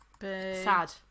Sad